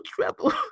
trouble